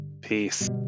Peace